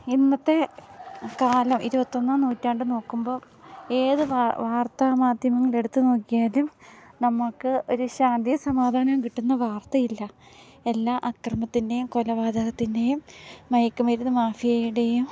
ഇന്നത്തെ കാലം ഇരുപത്തൊന്നാം നൂറ്റാണ്ട് നോക്കുമ്പോൾ ഏത് വാർത്താ മാധ്യമങ്ങളെടുത്ത് നോക്കിയാലും നമുക്ക് ഒരു ശാന്തിയും സമാധാനവും കിട്ടുന്ന വാർത്തയില്ല എല്ലാം അക്രമത്തിൻ്റേയും കൊലപാതകത്തിൻ്റേയും മയക്കുമരുന്ന് മാഫിയയുടെയും